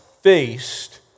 faced